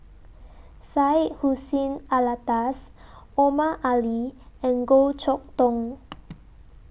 Syed Hussein Alatas Omar Ali and Goh Chok Tong